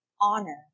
honor